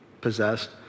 possessed